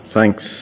Thanks